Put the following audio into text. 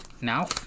Now